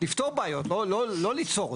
לפתור בעיות, לא ליצור אותן.